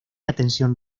atención